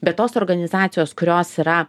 bet tos organizacijos kurios yra